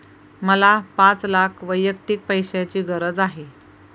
मला पाच लाख वैयक्तिक पैशाची गरज आहे